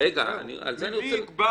מי יקבע